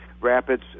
rapids